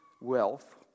wealth